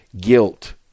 guilt